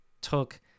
took